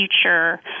future